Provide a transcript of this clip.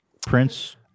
Prince